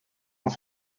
veux